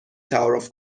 تعارف